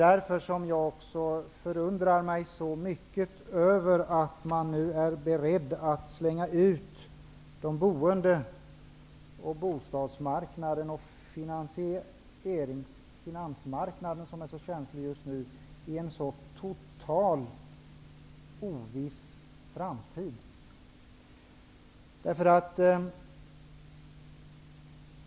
Därför har jag också varit mycket förundrad över att man nu är beredd att slänga ut de boende, bostadsmarknaden och finansmarknaden, som är så känslig just nu, i en så totalt oviss framtid.